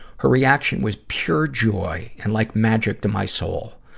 her reaction was pure joy and like magic to my soul.